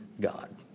God